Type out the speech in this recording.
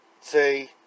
say